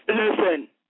Listen